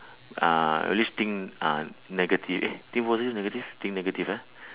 uh at least think uh negative eh think positive or negative think negative ah